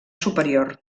superior